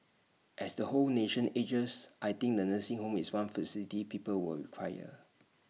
as the whole nation ages I think the nursing home is one facility people will require